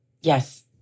Yes